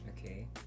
Okay